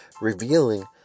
revealing